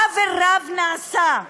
עוול רב נעשה,